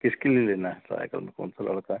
किसके लिए लेना है ट्राय कर लो कौन सा लड़का है